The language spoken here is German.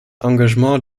engagement